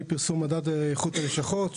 מפרסום מדד איכות הלשכות,